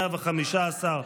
115,